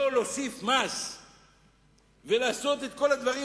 לא להוסיף מס ולעשות את כל הדברים,